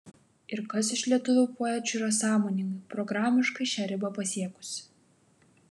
ir kas iš lietuvių poečių yra sąmoningai programiškai šią ribą pasiekusi